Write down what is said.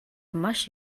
маш